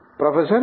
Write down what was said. professor V